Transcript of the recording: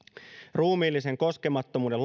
ruumiillisen koskemattomuuden